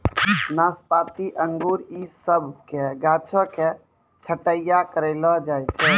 नाशपाती अंगूर इ सभ के गाछो के छट्टैय्या करलो जाय छै